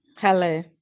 Hello